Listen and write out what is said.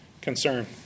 concern